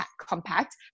compact